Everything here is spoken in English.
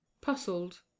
puzzled